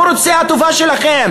הוא רוצה את הטובה שלכם.